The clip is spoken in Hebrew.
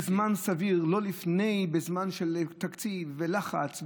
ולא בזמן של תקציב ובלחץ,